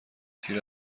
تیر